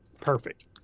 perfect